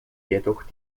jedoch